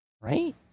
Right